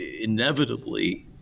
inevitably